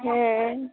ᱦᱮᱸ